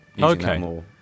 Okay